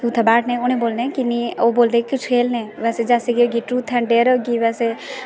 ते उत्थें बैठने ते ओह् मिगी पुच्छदे कुछ खेल्लनै जैसे ट्रूथ एंड डेयर होई गेआ बैसे